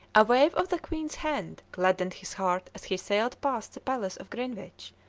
a wave of the queen's hand gladdened his heart as he sailed past the palace of greenwich,